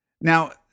now